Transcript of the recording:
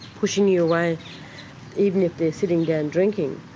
pushing you away even if they're sitting down drinking